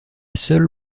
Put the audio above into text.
seule